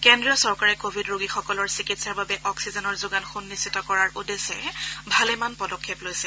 কেন্দ্ৰীয় চৰকাৰে কোৱিড ৰোগীসকলৰ চিকিৎসাৰ বাবে অক্সিজেনৰ যোগান সুনিশ্চিত কৰাৰ উদ্দেশ্যে ভালেমান পদক্ষেপ লৈছে